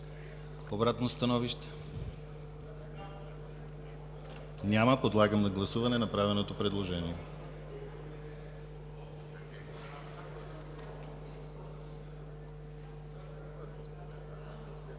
Обратно становище? Няма. Подлагам на гласуване направеното предложение.